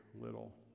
little